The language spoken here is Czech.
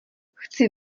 chci